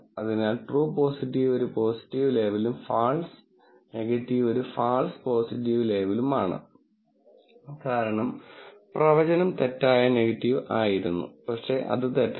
അതിനാൽ true positive ഒരു positive ലേബലും ഫാൾസ് നെഗറ്റീവ് ഒരു ഫാൾസ് പോസിറ്റീവ് ലേബലും ആണ് കാരണം പ്രവചനം നെഗറ്റീവ് ആയിരുന്നു പക്ഷേ അത് തെറ്റാണ്